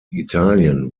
italien